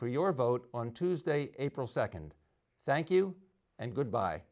for your vote on tuesday april nd thank you and goodbye